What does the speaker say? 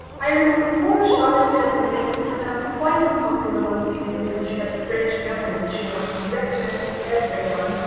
i remember poor charlotte pagden making herself quite unpopular one season, because she had a french governess she wanted to recommend to every one.